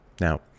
Now